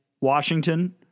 Washington